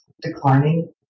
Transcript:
declining